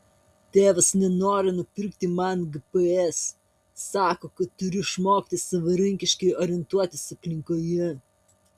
tėvas nenori nupirkti man gps sako kad turiu išmokti savarankiškai orientuotis aplinkoje